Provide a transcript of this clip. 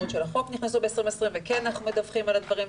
הפעילות של החוק נכנסו ב-2020 וכן אנחנו מדווחים על הדברים,